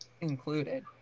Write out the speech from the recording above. included